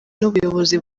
n’ubuyobozi